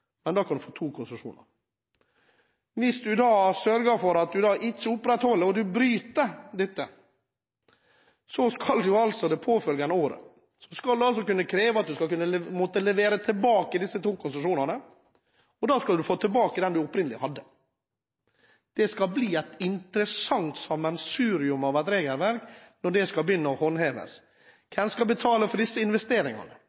men 0,25 lus per fisk. Da kan du få to konsesjoner. Hvis du ikke innfrir, men bryter dette kravet, kan du altså det påfølgende året møte krav om å levere tilbake disse to konsesjonene. Da skal du få tilbake den du opprinnelig hadde. Det skal bli et interessant sammensurium av et regelverk når en skal begynne å